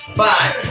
five